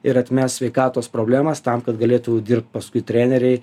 ir atmest sveikatos problemas tam kad galėtų dirbt paskui treneriai